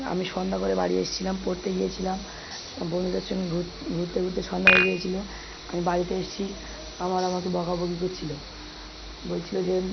আমি সন্ধ্যা করে বাড়ি এসেছিলাম পড়তে গিয়েছিলাম বন্ধুদের সঙ্গে ঘুরতে সন্ধ্যা হয়ে গিয়েছিল আমি বাড়িতে এসেছি আবার আমাকে বকাবকি করছিল বলছিল যে